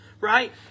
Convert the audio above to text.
right